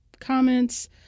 comments